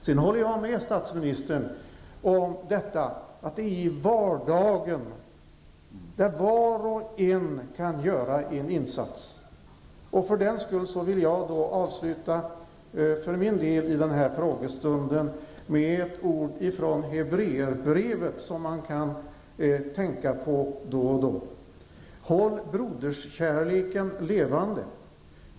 Sedan håller jag med statsministern om att det är i vardagen som var och en kan göra en insats. Därför vill jag för min del avsluta med några ord ur hebréerbrevet som man kan tänka på då och då. Där står det följande: ''Håll broderskärleken levande.